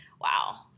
wow